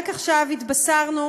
רק עכשיו התבשרנו,